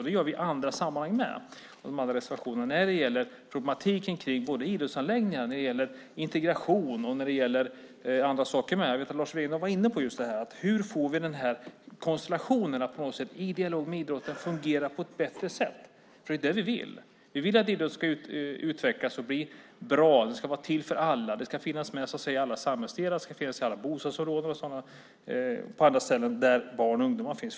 Det gör vi i andra sammanhang också och i de andra reservationerna när det gäller problematiken kring idrottsanläggningar, integration och andra saker. Lars Wegendal var inne just på hur vi får den här konstellationen att på något sätt i dialog med idrotten fungera på ett bättre sätt. Det är det vi vill. Vi vill att idrotten ska utvecklas och bli bra. Den ska vara till för alla. Den ska finnas i alla samhällsdelar, i alla bostadsområden och på alla ställen där det finns barn och ungdomar.